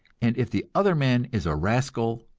and if the other man is a rascal,